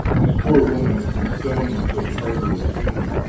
this poor woman had been stoned until she hardly looked human,